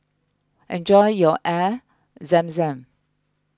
enjoy your Air Zam Zam